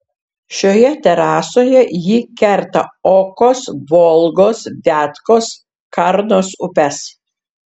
šioje terasoje ji kerta okos volgos viatkos karnos upes